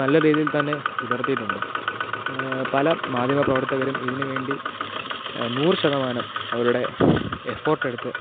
നല്ല രീതിയില്ത്തന്നെ പുലര്ത്തിയിട്ടുണ്ട് പല മാധ്യമപ്രവര്ത്തകരും ഇതിനുവേണ്ടി നൂറ് ശതമാനം അവരുടെ എഫോര്ട്ട് എടുത്ത്